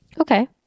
Okay